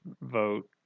vote